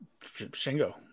Shingo